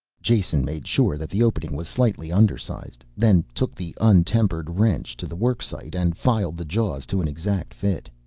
jason made sure that the opening was slightly undersized, then took the untempered wrench to the work site and filed the jaws to an exact fit.